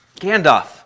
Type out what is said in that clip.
Gandalf